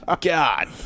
God